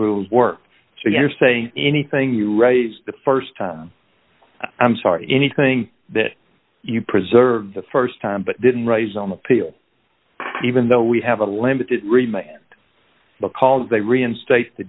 work so you're saying anything you raise the st time i'm sorry anything that you preserve the st time but didn't raise on appeal even though we have a limited rima and because they reinstate the